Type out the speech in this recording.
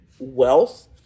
Wealth